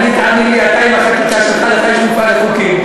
תאמין לי, אתה עם החקיקה שלך, לך יש מפעל לחוקים.